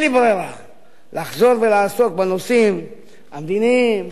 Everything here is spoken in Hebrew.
לי ברירה אלא לחזור ולעסוק בנושאים המדיניים,